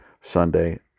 Sunday